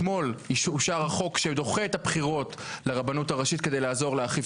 אתמול אושר החוק שדוחה את הבחירות לרבנות הראשית כדי לעזור לאחיו